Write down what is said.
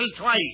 twice